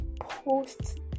post